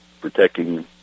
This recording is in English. protecting